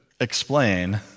explain